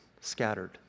scattered